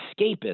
escapism